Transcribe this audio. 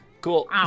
Cool